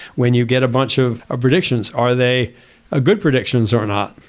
when you get a bunch of ah predictions, are they ah good predictions or not?